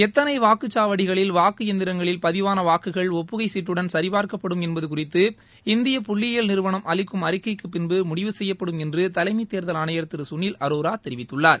எத்தனை வாக்குச்சாவடிகளில் வாக்கு எந்திரங்களில் பதிவாள வாக்குகள் ஒப்புகை சீட்டுடன் சரிபார்க்கப்படும் என்பது குறித்து இந்திய புள்ளியியல் நிறுவனம் அளிக்கும் அறிக்கைக்கு பின்பு முடிவு செய்யப்படும் என்று தலைமை தேர்தல் ஆணையர் திரு சுனில் அரோரா தெரிவித்துள்ளார்